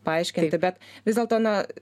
paaiškinti bet vis dėlto na